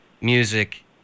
music